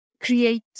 create